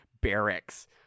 barracks